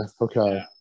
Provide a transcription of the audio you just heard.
okay